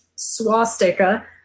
swastika